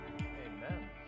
Amen